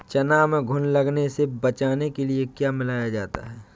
चना में घुन लगने से बचाने के लिए क्या मिलाया जाता है?